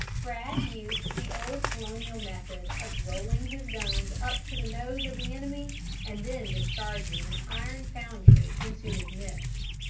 bragg used the old colonial method of rolling his guns up to the nose of the enemy and then discharging an iron-foundry into his midst.